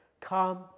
come